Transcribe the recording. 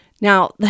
Now